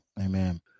Amen